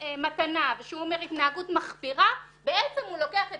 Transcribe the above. "מתנה" ושהוא אומר "התנהגות מכפירה"; בעצם הוא לוקח את